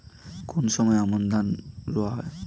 কোন সময় আমন ধান রোয়া হয়?